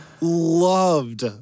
loved